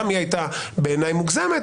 גם היא הייתה בעיניי מוגזמת,